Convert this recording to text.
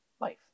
life